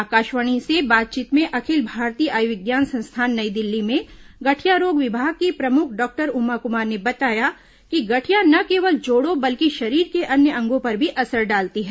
आकाशवाणी से बातचीत में अखिल भारतीय आयुर्विज्ञान संस्थान नई दिल्ली में गठिया रोग विभाग की प्रमुख डॉक्टर उमा कुमार ने बताया कि गठिया न केवल जोड़ों बल्कि शरीर के अन्य अंगों पर भी असर डालती है